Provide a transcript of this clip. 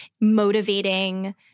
motivating